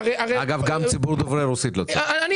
אגב, גם הציבור דוברי הרוסית לא צריך.